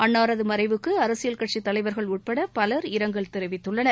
அன்னாரது மறைவுக்கு அரசியல் கட்சித் தலைவர்கள் உள்பட பலர் இரங்கல் தெரிவித்துள்ளனர்